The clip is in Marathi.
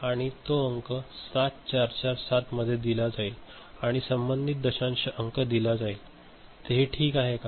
आणि तो अंक 7447 मध्ये दिला जाईल आणि संबंधित दशांश अंक दिला जाईल ते ठीक आहे का